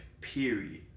period